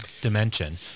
dimension